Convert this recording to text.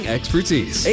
Expertise